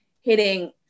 hitting